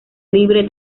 libre